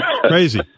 crazy